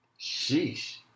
Sheesh